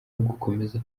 ugukomeza